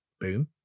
Boom